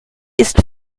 ist